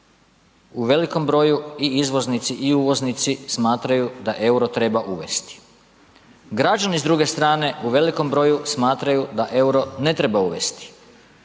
u velikom broju i izvoznici i uvoznici smatra da EUR-o treba uvesti. Građani s druge strane u velikom broju smatraju da EUR-o ne treba uvesti.